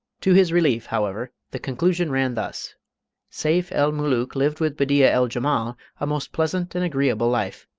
to his relief, however, the conclusion ran thus seyf-el-mulook lived with bedeea-el-jemal a most pleasant and agreeable life.